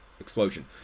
explosion